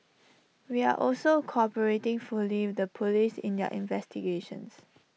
we are also cooperating fully with the Police in their investigations